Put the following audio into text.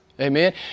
Amen